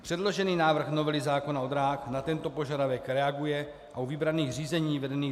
Předložený návrh novely zákona o dráhách na tento požadavek reaguje a u vybraných řízení vedených